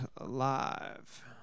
live